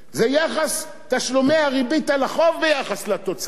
זה יחס תשלומי הריבית על החוב ביחס לתוצר.